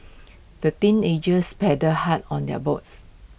the teenagers paddled hard on their boats